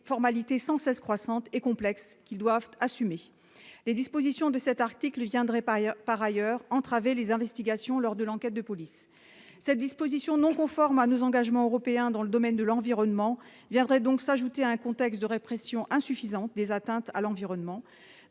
formalité sans cesse croissante et complexe qui doivent assumer les dispositions de cet article viendrait par ailleurs par ailleurs entravé les investigations lors de l'enquête de police, cette disposition non conforme à nos engagements européens dans le domaine de l'environnement viendrait donc s'ajouter à un contexte de répression insuffisante des atteintes à l'environnement,